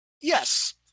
yes